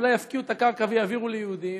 ואולי יפקיעו את הקרקע ויעבירו ליהודים,